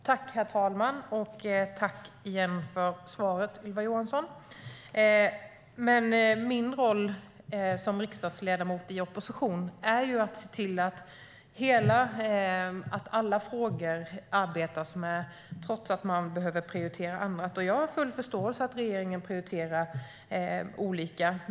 Herr talman! Tack för svaret, Ylva Johansson! Min roll som riksdagsledamot i opposition är ju att se till att alla frågor arbetas igenom trots att man behöver prioritera annat. Jag har full förståelse för att regeringen gör olika prioriteringar.